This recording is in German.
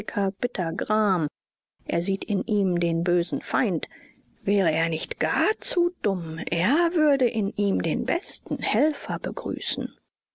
bitter gram er sieht in ihm den bösen feind wäre er nicht gar zu dumm er würde in ihm den besten helfer begrüßen